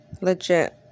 legit